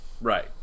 Right